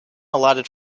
allotted